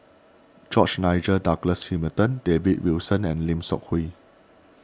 George Nigel Douglas Hamilton David Wilson and Lim Seok Hui